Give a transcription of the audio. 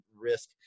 risk